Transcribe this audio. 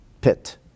pit